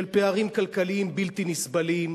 של פערים כלכליים בלתי נסבלים,